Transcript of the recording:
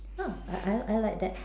!huh! I I I like that